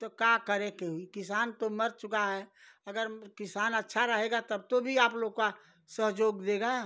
तो का करे कोई किसान तो मर चुका है अगर किसान अच्छा रहेगा तब तो भी आप लोग का सहयोग देगा